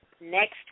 next